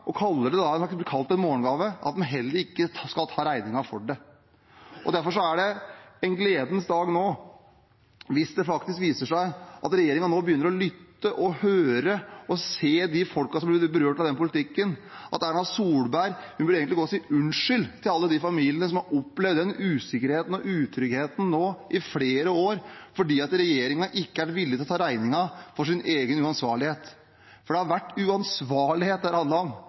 kalt en morgengave – at den heller ikke skal ta regningen for det. Derfor er det en gledens dag nå hvis det faktisk viser seg at regjeringen nå begynner å lytte til og høre på og se de folkene som har blitt berørt av den politikken. Erna Solberg burde egentlig gå og si unnskyld til alle de familiene som har opplevd usikkerhet og utrygghet i flere år fordi regjeringen ikke har vært villig til å ta regningen for sin egen uansvarlighet. For det har vært uansvarlighet det har handlet om.